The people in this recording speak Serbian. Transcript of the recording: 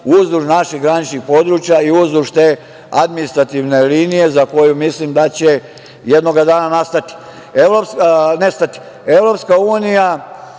uzduž naših graničnih područja i uzduž te administrativne linije, za koju mislim da će jednog dana nestati. Evropska unija